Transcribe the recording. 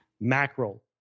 mackerel